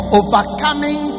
overcoming